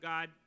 God